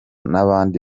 n’abandi